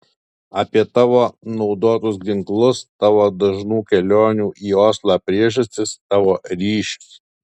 apie tavo naudotus ginklus tavo dažnų kelionių į oslą priežastis tavo ryšius